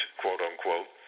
quote-unquote